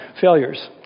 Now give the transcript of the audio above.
failures